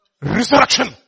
Resurrection